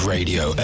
Radio